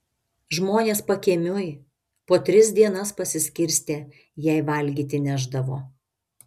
žmonės pakiemiui po tris dienas pasiskirstę jai valgyti nešdavo